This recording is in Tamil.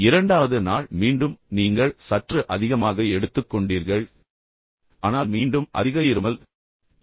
இரண்டாவது நாள் மீண்டும் நீங்கள் சற்று அதிகமாக எடுத்துக் கொண்டீர்கள் நீங்கள் அரை சிகரெட்டை பிடித்தீர்கள் ஆனால் மீண்டும் அதிக இருமல் எனவே உங்களால் அதை தாங்க முடியவில்லை